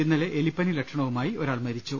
ഇന്നലെ എലി പ്പനി ലക്ഷണവുമായി ഒരാൾ മരിച്ചു